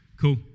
Cool